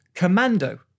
Commando